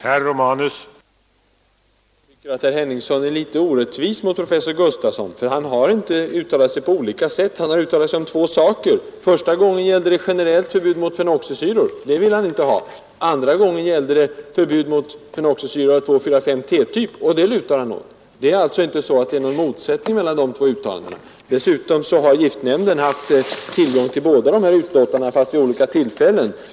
Herr talman! Jag tycker herr Henningsson är litet orättvis mot professor Gustafsson. Han har inte uttalat sig på olika sätt. Han har uttalat sig om två saker. Första gången gällde det generellt förbud mot fenoxisyror. Det vill han inte ha. Andra gången gällde det förbud mot fenoxisyra av 2,4,5-T-typ och det lutar han åt. Det råder inte någon motsättning mellan de två uttalandena. Dessutom har giftnämnden haft tillgång till båda de här utlåtandena, fastän vid olika tillfällen.